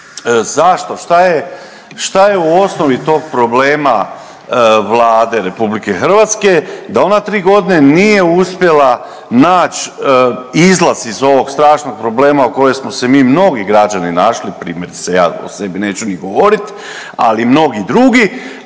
zašto, šta je u osnovi tog problema Vlade RH da ona 3 godine nije uspjela naći izlaz iz ovog strašnog problema u kojem smo se mi mnogi građani našli, primjerice, ja o sebi neću ni govoriti, ali i mnogi drugi,